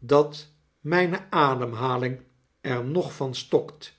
dat myne ademhaling er nog van stokt